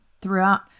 throughout